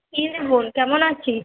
কী রে বোন কেমন আছিস